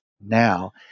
now